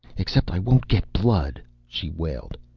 except i won't get blood, she wailed.